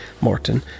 Morton